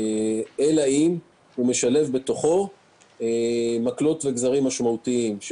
אלא אם הוא משלב בתוכו מקלות וגזרים משמעותיים.